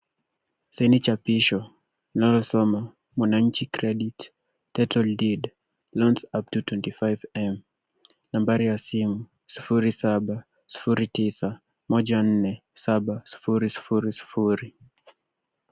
Seheni cha pisho inayosoma mwananchi credit title deed loans upto 25 m . Nambari ya simu 0709147000.